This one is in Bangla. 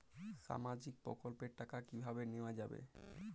সামাজিক প্রকল্পের টাকা কিভাবে নেওয়া যাবে?